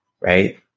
right